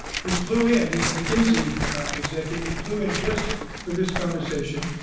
who flew in. he's a mckenzie executive. he flew in just for this conversation.